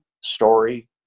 story